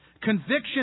conviction